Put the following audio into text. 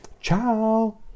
Ciao